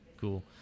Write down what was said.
Cool